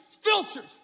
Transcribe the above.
filtered